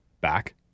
back